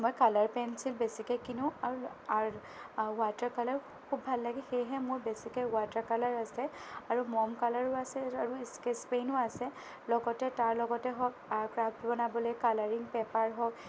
মই colour pencil বেছিকৈ কিনোঁ আৰু ৱাটাৰ কালাৰ খুব ভাল লাগে সেয়েহে মোৰ বেছিকৈ ৱাটাৰ কালাৰ আছে আৰু মম কালাৰো আছে আৰু স্কেটচ্ পেনো আছে লগতে তাৰ লগতে হওঁক ক্ৰাফট বনাবলৈ কালাৰিং পেপাৰ হওঁক